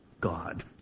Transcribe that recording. God